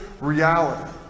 reality